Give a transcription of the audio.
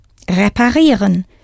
reparieren